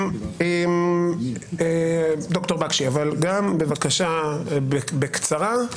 ד"ר בקשי, בבקשה, בקצרה.